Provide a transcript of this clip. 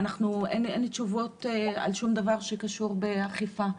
ואין תשובות על שום דבר שקשור באכיפה.